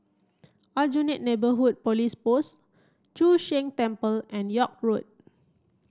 Aljunied Neighbourhood Police Post Chu Sheng Temple and York Road